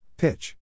Pitch